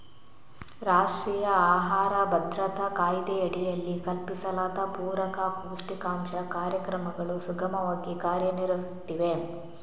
ರಾಷ್ಟ್ರೀಯ ಆಹಾರ ಭದ್ರತಾ ಕಾಯ್ದೆಯಡಿಯಲ್ಲಿ ಕಲ್ಪಿಸಲಾದ ಪೂರಕ ಪೌಷ್ಟಿಕಾಂಶ ಕಾರ್ಯಕ್ರಮಗಳು ಸುಗಮವಾಗಿ ಕಾರ್ಯ ನಿರ್ವಹಿಸುತ್ತಿವೆ